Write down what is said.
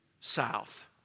south